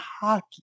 hockey